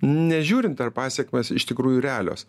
nežiūrint ar pasekmės iš tikrųjų realios